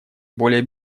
более